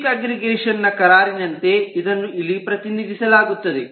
weak aggregation ನ ಕರಾರಿನಂತೆ ಇದನ್ನು ಇಲ್ಲಿ ಪ್ರತಿನಿಧಿಸಲಾಗುತ್ತದೆ